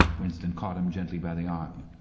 winston caught him gently by the arm.